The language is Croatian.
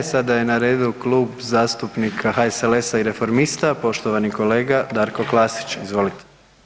Sada je na redu Klub zastupnika HSLS-a i reformista, poštovani kolega Darko Klasić, izvolite.